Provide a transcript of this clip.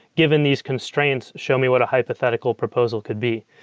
given these constraints, show me what a hypothetical proposal could be.